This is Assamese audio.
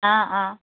অঁ অঁ